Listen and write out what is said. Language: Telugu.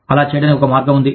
అలా చేయడానికి ఒక మార్గం ఉంది